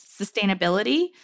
sustainability